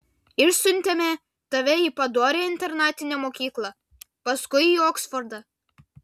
išsiuntėme tave į padorią internatinę mokyklą paskui į oksfordą